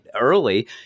early